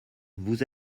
vous